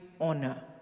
honor